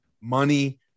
money